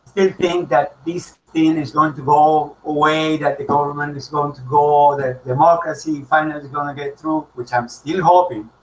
that this thing and is going to go away that the government is going to go that democracy finally gonna get through which i'm still hoping